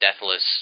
deathless